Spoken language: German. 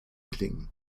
klingen